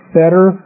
better